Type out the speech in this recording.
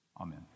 Amen